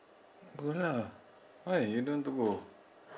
go lah why you don't want to go